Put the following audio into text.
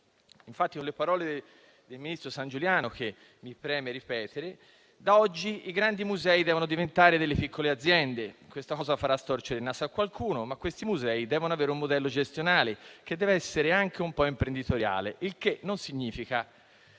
Infatti, con le parole del ministro Sangiuliano, che mi preme ripetere, da oggi i grandi musei devono diventare piccole aziende: questa cosa farà storcere il naso a qualcuno, ma questi musei dovranno avere un modello gestionale che sia anche un po' imprenditoriale, il che non significa